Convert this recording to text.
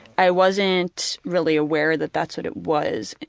i wasn't really aware that that's what it was.